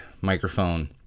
microphone